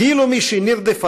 כאילו מי שנרדפה,